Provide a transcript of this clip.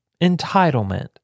entitlement